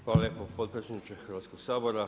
Hvala lijepo potpredsjedniče Hrvatskog sabora.